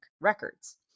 records